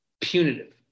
punitive